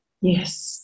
Yes